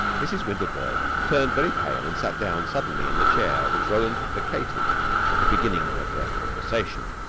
mrs. windlebird turned very pale and sat down suddenly in the chair which roland had vacated at the beginning of their conversation.